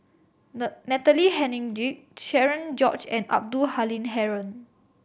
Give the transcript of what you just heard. Natalie Hennedige Cherian George and Abdul Halim Haron